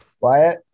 Wyatt